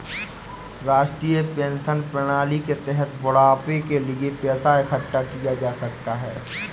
राष्ट्रीय पेंशन प्रणाली के तहत बुढ़ापे के लिए पैसा इकठ्ठा किया जा सकता है